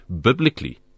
biblically